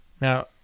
Now